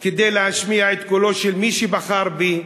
כדי להשמיע את קולו של מי שבחר בי,